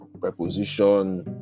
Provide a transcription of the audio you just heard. preposition